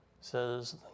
says